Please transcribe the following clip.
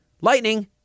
Lightning